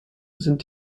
sind